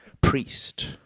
Priest